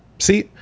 See